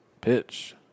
Pitch